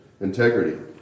integrity